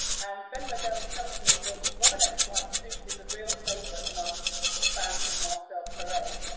and ben model tells me that robinet's white suit is a real favourite amongst fans of marcel perez,